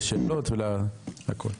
לשאלות ולכול.